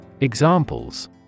Examples